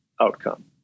outcome